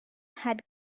had